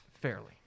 fairly